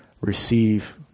receive